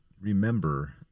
remember